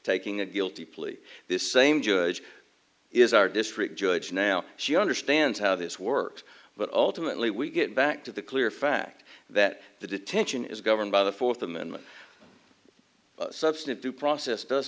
taking a guilty plea this same judge is our district judge now she understands how this works but ultimately we get back to the clear fact that the detention is governed by the fourth amendment substitute process does